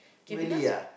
really ah